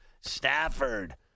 Stafford